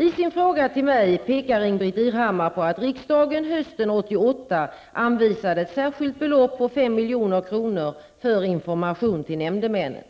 I sin fråga till mig pekar Ingbritt Irhammar på att riksdagen hösten 1988 anvisade ett särskilt belopp på 5 milj.kr. för information till nämndemännen.